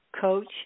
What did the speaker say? coach